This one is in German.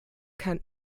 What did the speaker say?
kann